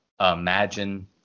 imagine